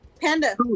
Panda